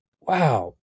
wow